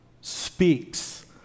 speaks